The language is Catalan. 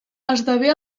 esdevé